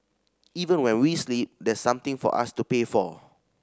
even when we sleep there's something for us to pay for